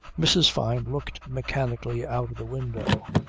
mrs. fyne looked mechanically out of the window.